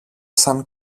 σαν